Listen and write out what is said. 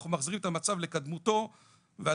אנחנו מחזירים את המצב לקדמותו והדבר